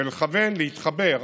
ולכוון, להתחבר,